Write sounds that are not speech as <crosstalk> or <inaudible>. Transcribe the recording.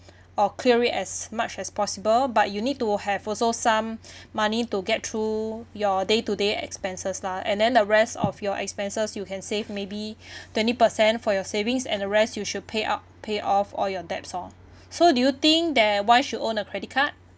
or clear as much as possible but you need to have also some <breath> money to get through your day to day expenses lah and then the rest of your expenses you can save maybe <breath> twenty percent for your savings and the rest you should pay up pay off all your debts or so do you think there why should own a credit card